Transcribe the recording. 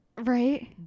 Right